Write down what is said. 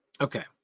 okay